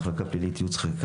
מחלקה פלילית ייעוץ וחקיקה,